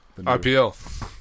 IPL